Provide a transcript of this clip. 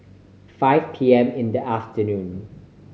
five P M in the afternoon